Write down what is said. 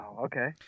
Okay